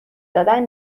دادن